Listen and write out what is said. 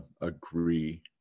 agree